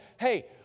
hey